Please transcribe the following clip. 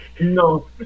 No